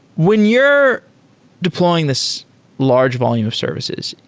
when you're deploying this large volume of services,